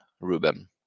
Ruben